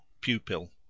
pupil